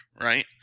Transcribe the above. Right